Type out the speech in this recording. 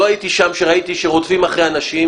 לא הייתי שם שראיתי שרודפים אחרי אנשים